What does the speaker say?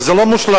וזה לא מושלם,